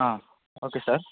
okay sir